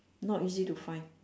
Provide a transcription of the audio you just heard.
not easy to find